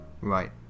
Right